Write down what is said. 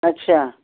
अच्छा